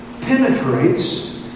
penetrates